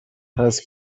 هست